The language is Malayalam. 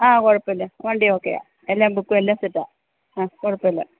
ആ കുഴപ്പമില്ല വണ്ടി ഓക്കെ ആണ് എല്ലാം ബുക്കും എല്ലാം സെറ്റാണ് ആ കുഴപ്പമില്ല